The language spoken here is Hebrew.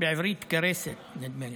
בעברית כרסת, נדמה לי.